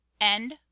end